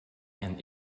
and